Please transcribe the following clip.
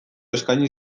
eskaini